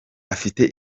afite